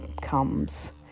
comes